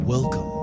Welcome